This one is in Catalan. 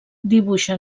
dibuixa